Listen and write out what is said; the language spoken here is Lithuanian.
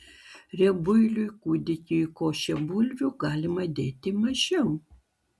riebuiliui kūdikiui į košę bulvių galima dėti mažiau